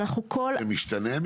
לא תמיד זה משתנה,